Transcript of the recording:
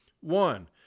One